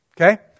okay